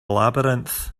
labyrinth